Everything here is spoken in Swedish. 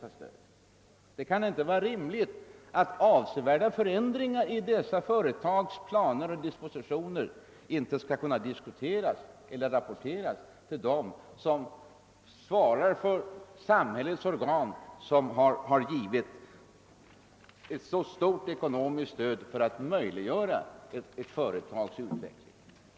Inte heller kan det vara rimligt att avsevärda förändringar göres i företagets planer och dispositioner utan att detta diskuteras med eller rapporteras till de samhällsorgan som givit ett betydande ekonomiskt stöd för att möjliggöra företagets utveckling.